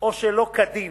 או שלא כדין,